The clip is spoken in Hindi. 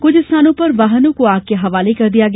कुछ स्थानों पर वाहनों को आग के हवाले कर दिया गया